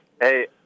Hey